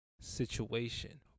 situation